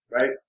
right